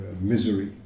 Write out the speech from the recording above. misery